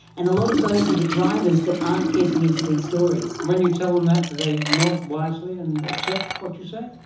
and a lot of those are the drivers that aren't getting into these stories. and when you tell them that do they nod wisely and accept what you say?